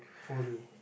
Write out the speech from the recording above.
fully